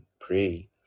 pray